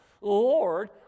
Lord